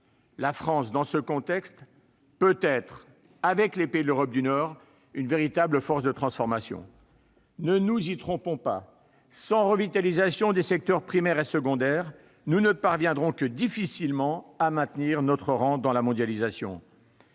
la France peut être, avec les pays de l'Europe du Nord, une force de transformation. Ne nous y trompons pas : sans revitalisation des secteurs primaire et secondaire, nous ne parviendrons que difficilement à maintenir notre rang dans la mondialisation.